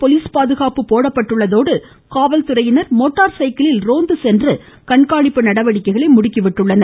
police பாதுகாப்பு போடப்பட்டுள்ளதோடு காவல்துறையினர் மோட்டார் பலக்க சைக்கிளில் ரோந்து சென்று கண்காணிப்பு நடவடிக்கைகளை முடுக்கி விட்டுள்ளனர்